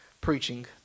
preaching